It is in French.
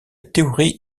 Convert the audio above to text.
théorie